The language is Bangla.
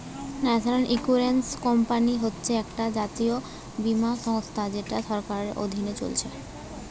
ন্যাশনাল ইন্সুরেন্স কোম্পানি হচ্ছে একটা জাতীয় বীমা সংস্থা যেটা সরকারের অধীনে চলছে